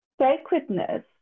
Sacredness